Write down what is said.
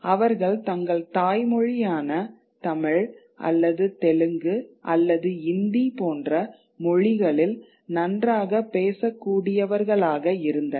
அவர்கள் தங்கள் தாய்மொழியான தமிழ் அல்லது தெலுங்கு அல்லது இந்தி போன்ற மொழிகளில் நன்றாக பேசக் கூடியவர்களாக இருந்தனர்